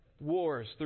wars